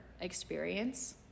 experience